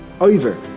over